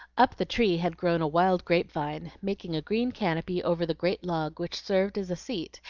up the tree had grown a wild grape-vine, making a green canopy over the great log which served as a seat,